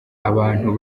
abantu